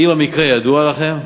1. האם המקרה ידוע לכם?